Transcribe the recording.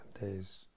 days